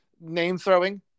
name-throwing